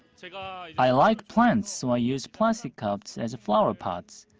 so ah i like plants, so i use plastic cups as flower pots.